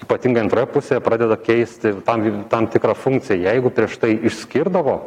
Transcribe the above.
ypatingai antroje pusėje pradeda keisti tam tam tikrą funkciją jeigu prieš tai išskirdavo